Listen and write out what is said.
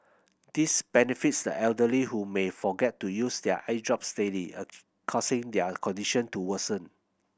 this benefits the elderly who may forget to use their eye drops daily a causing their condition to worsen